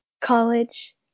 college